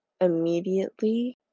immediately